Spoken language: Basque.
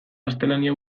gaztelania